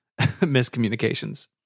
miscommunications